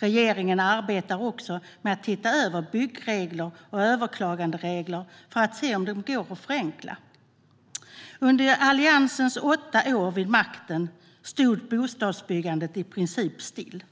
Regeringen arbetar också med att se över byggregler och överklaganderegler för att se om det går att förenkla dem. Under Alliansens åtta år vid makten stod bostadsbyggandet i princip stilla.